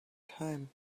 time